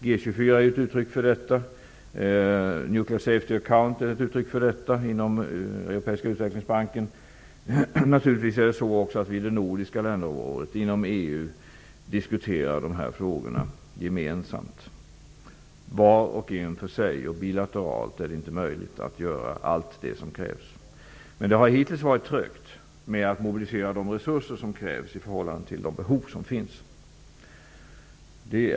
G 24 är ett uttryck för detta, liksom Nuclear Safety Account inom I det nordiska länderområdet och inom EU diskuterar vi naturligtvis också de här frågorna gemensamt. Det är inte möjligt att göra allt det som krävs, var och en för sig eller bilateralt. Det är oomtvistligt att det hittills har gått trögt att mobilisera de resurser som krävs i förhållande till de behov som finns.